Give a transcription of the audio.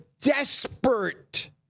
desperate